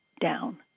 down